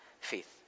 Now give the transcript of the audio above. faith